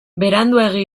beranduegi